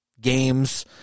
games